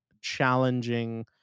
challenging